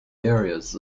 areas